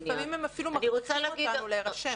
לפעמים הם אפילו מכריחים אותנו להירשם.